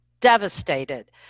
devastated